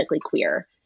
queer